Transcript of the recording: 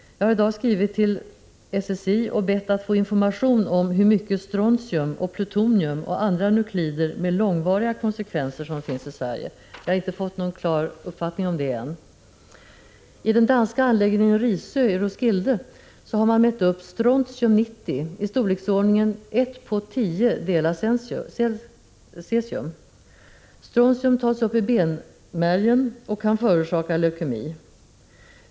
Jag har i dag skrivit till SSI och bett att få information om hur mycket strontium och plutonium och andra nuklider med långvariga konsekvenser som finns i Sverige — jag har ännu inte fått någon klar uppfattning om det. I den danska anläggningen Risö i Roskilde har man mätt upp strontium 90 i storleksordningen 1 på 5 delar cesium. Strontium tas upp i benmärgen och kan förorsaka leukemi.